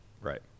Right